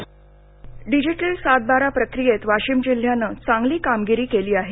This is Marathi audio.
वाशीमः डिजिटल सातबारा प्रक्रियेत वाशिम जिल्ह्यानं चांगली कामगिरी केली आहे